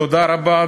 תודה רבה,